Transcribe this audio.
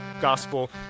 gospel